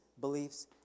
beliefs